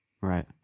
Right